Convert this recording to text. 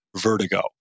vertigo